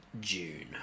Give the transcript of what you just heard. june